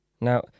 Now